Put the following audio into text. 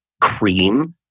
cream